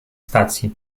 stacji